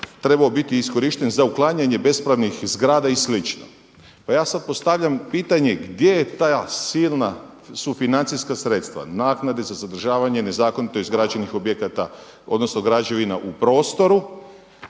trebao biti iskorišten za uklanjanje bespravnih zgrada i slično. Pa ja sada postavljam pitanje gdje su ta silna sufinancijska sredstva, naknade za zadržavanje nezakonito izgrađenih objekata odnosno građevina u prostoru